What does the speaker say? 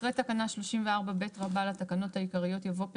אחרי תקנה 34ב לתקנות העיקריות יבוא: